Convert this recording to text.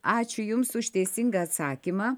ačiū jums už teisingą atsakymą